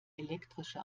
elektrische